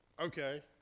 Okay